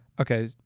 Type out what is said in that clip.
Okay